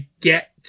get